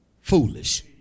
foolish